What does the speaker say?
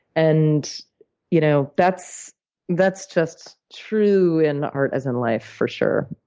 and you know that's that's just true in art, as in life, for sure.